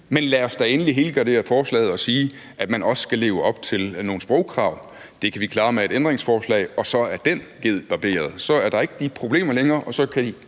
men lad os da endelig helgardere forslaget og sige, at man også skal leve op til nogle sprogkrav. Det kan vi klare med et ændringsforslag, og så er den ged barberet. Så er der ikke de problemer længere, og så vil I